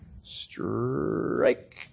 Strike